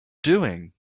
doing